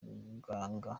muganga